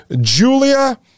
Julia